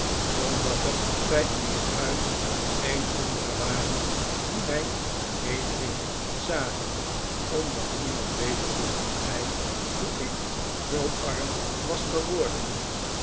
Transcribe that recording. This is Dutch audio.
omdat er bij u in huis geen anderen waren die mijn vernedering zagen omdat niemand beter wist dan gij hoe ik zoo arm was geworden